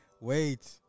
Wait